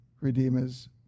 Redeemer's